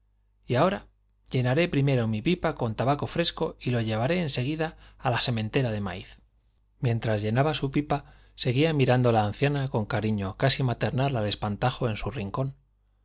y ahora llenaré primero mi pipa con tabaco fresco y lo llevaré en seguida a la sementera de maíz mientras llenaba su pipa seguía mirando la anciana con cariño casi maternal al espantajo en su rincón